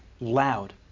loud